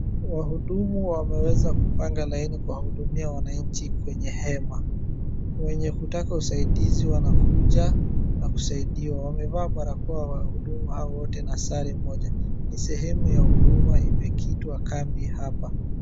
Wahudumu wameweza kupanga laini kuwahudumia wananchi kwenye hema. Wenye kutaka usaidizi wanakuja na kusaidiwa. Wamevaa barakoa wahudumu hawa wote na sare moja. Ni sehemu ya huduma imekitwa kambi hapa.